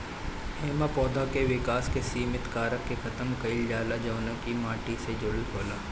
एमे पौधा के विकास के सिमित कारक के खतम कईल जाला जवन की माटी से जुड़ल होखेला